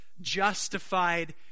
justified